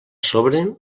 sobre